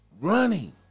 running